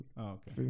Okay